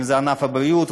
אם זה ענף הבריאות,